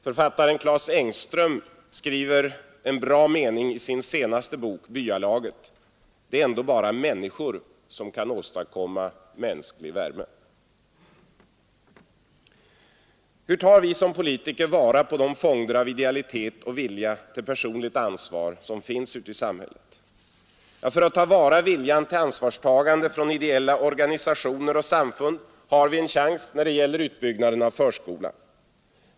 Författaren Clas Engström skriver en bra mening i sin senaste bok Byalaget: ”Det är ändå bara människor som kan åstadkomma mänsklig värme.” Hur tar vi som politiker vara på de fonder av idealitet och vilja till personligt ansvar som finns i detta samhälle? För att ta till vara viljan till ansvarstagande från ideella organisationer och samfund har vi en chans när det gäller utbyggnaden av förskolan.